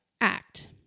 act